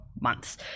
months